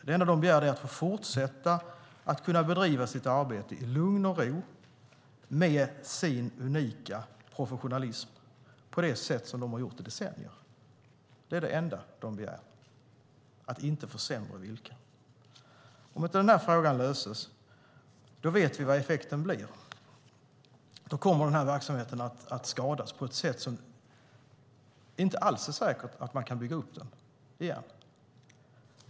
Det enda de begär är att få fortsätta att bedriva sitt arbete i lugn och ro med sin unika professionalism på det sätt som de har gjort i decennier. Det enda de begär är att inte få sämre villkor. Vi vet vad effekten blir om inte den frågan löses. Då kommer den här verksamheten att skadas på ett sätt som innebär att det inte alls är säkert att man kan bygga upp den igen.